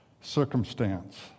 circumstance